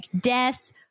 death